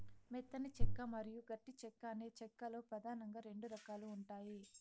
మెత్తని చెక్క మరియు గట్టి చెక్క అని చెక్క లో పదానంగా రెండు రకాలు ఉంటాయి